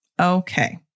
Okay